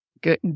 Good